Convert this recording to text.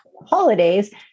Holidays